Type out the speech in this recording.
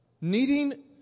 needing